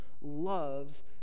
loves